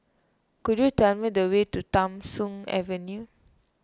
could you tell me the way to Tham Soong Avenue